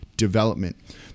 development